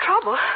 Trouble